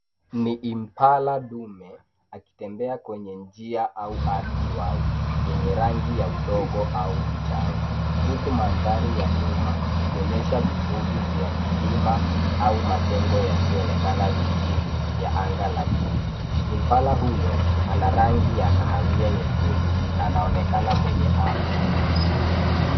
Ni imbala dume, akitembea kwenye njia au ardhi wazi yenye ardhi ya udongo au mchanga. Huku mandhari ya nyuma, ikionyesha vifuli vya milima au majengo yasiyoonekana chini ya anga la buluu. Imbala huyo ana rangi ya kahawia nyekundu na anaonekana mwenye afya.